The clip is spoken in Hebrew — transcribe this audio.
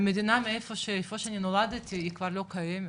המדינה מאיפה שאני נולדתי, היא כבר לא קיימת.